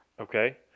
Okay